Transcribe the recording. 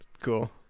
Cool